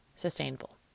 sustainable